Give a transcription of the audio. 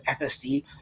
fsd